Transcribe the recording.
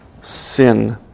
sin